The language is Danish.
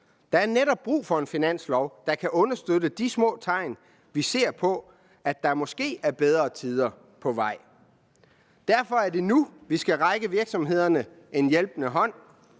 Der er netop brug for en finanslov, der kan understøtte de små tegn, vi ser på, at der måske er bedre tider på vej. Derfor er det nu, vi skal række virksomhederne en hjælpende hånd.